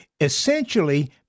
Essentially